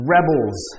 Rebels